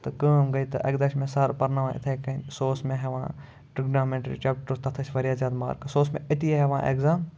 تہٕ کٲم گٔے تہٕ اَکہِ دۄہ چھِ مےٚ سَر پَرناوان اِتھَے کٔنۍ سُہ اوس مےٚ ہٮ۪وان ٹِرٛگنامٮ۪نٛٹِرٛی چَپٹرٛس تَتھ ٲسۍ واریاہ زیادٕ مارکٕس سُہ اوس مےٚ أتی ہٮ۪وان اٮ۪کزام